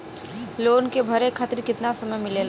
Loan के भरे खातिर कितना समय मिलेला?